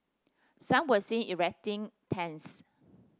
some were seen erecting tents